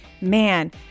man